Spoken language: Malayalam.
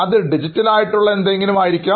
അത് ഡിജിറ്റൽ ആയിട്ടുള്ള എന്തെങ്കിലും ആയിരിക്കാം